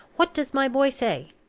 what does my boy say?